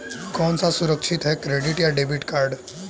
कौन सा सुरक्षित है क्रेडिट या डेबिट कार्ड?